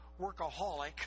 workaholic